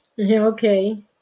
Okay